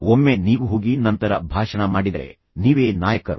ಒಮ್ಮೆ ನೀವು ಹೋಗಿ ನಂತರ ಭಾಷಣ ಮಾಡಿದರೆ ನೀವೇ ನಾಯಕರು